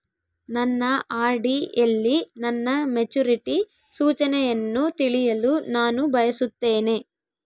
ನನ್ನ ಆರ್.ಡಿ ಯಲ್ಲಿ ನನ್ನ ಮೆಚುರಿಟಿ ಸೂಚನೆಯನ್ನು ತಿಳಿಯಲು ನಾನು ಬಯಸುತ್ತೇನೆ